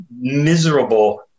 miserable